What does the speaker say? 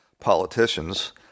politicians